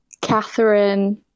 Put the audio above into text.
Catherine